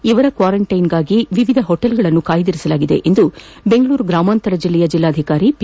ಇವರ ಕ್ವಾರಂಟೈನ್ಗಾಗಿ ವಿವಿಧ ಹೋಟೆಲ್ಗಳನ್ನು ಕಾಯ್ದಿರಿಸಲಾಗಿದೆ ಎಂದು ಬೆಂಗಳೂರು ಗ್ರಾಮಾಂತರ ಜಿಲ್ಲೆಯ ಜಿಲ್ಲಾಧಿಕಾರಿ ಪಿ